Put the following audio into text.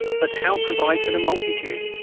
but how provide for the multitude?